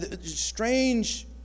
Strange